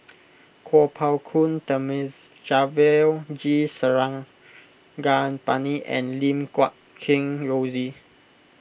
Kuo Pao Kun Thamizhavel G Sarangapani and Lim Guat Kheng Rosie